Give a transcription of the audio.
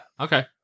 Okay